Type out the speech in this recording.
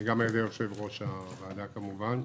וגם על ידי יושב-ראש הוועדה כמובן.